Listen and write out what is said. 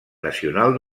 nacional